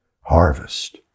harvest